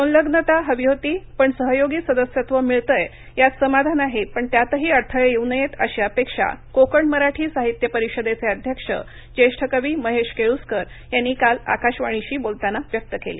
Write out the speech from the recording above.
संलग्नता हवी होती पण सहयोगी सदस्यत्व मिळतंय यात समाधान आहे पण त्यातही अडथळे येऊ नयेत अशी अपेक्षा कोकण मराठी साहित्यपरिषदेचे अध्यक्ष ज्येष्ठ कवी महेश केळुस्कर यांनी काल आकाशवाणीशी बोलताना व्यक्त केली